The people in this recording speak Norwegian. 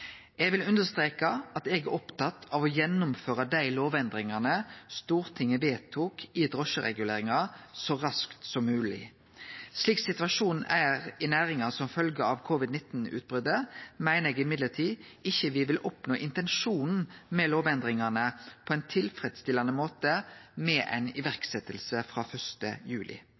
Eg vil understreke at eg er opptatt av å gjennomføre dei lovendringane Stortinget vedtok i drosjereguleringa, så raskt som mogleg. Slik situasjonen i næringa er som følgje av covid-19-utbrotet, meiner eg me ikkje vil oppnå intensjonen med lovendringane på ein tilfredsstillande måte med ei iverksetjing frå 1. juli.